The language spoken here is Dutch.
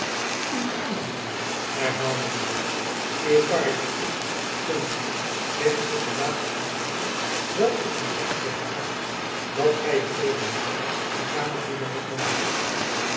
uw kamerdienaar herhaalde buat uw karretjen is dunkt my sints ik u laatst ontmoette jacob van lennep elizabeth musch wel op een zandweg geraakt dat gy er tegenwoordig een kamerdienaar op nahoudt